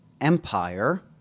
empire